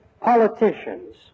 politicians